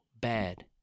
bad